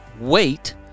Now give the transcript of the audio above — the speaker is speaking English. wait